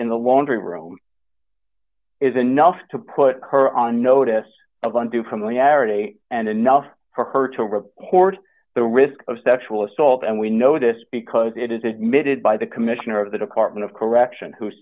in the laundry room is enough to put her on notice of one to familiarity and enough for her to report the risk of sexual assault and we know this because it is admitted by the commissioner of the department of correction who